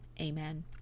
amen